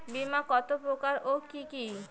বীমা কত প্রকার ও কি কি?